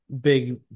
big